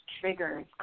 triggers